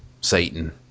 Satan